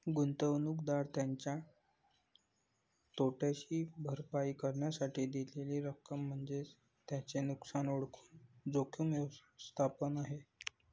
गुंतवणूकदार त्याच्या तोट्याची भरपाई करण्यासाठी दिलेली रक्कम म्हणजे त्याचे नुकसान ओळखून जोखीम व्यवस्थापन आहे